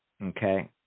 Okay